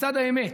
מצד האמת.